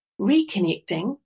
Reconnecting